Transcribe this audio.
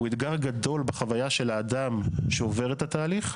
הוא אתגר גדול בחוויה של האדם שעובר את התהליך.